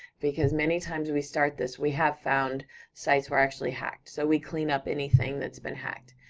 because many times we start this, we have found sites were actually hacked, so we clean up anything that's been hacked.